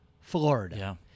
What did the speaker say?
Florida